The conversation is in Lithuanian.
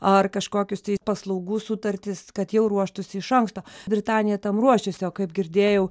ar kažkokius tai paslaugų sutartis kad jau ruoštųsi iš anksto britanija tam ruošiasi o kaip girdėjau